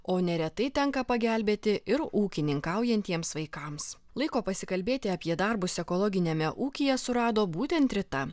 o neretai tenka pagelbėti ir ūkininkaujantiems vaikams laiko pasikalbėti apie darbus ekologiniame ūkyje surado būtent rita